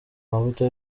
amavuta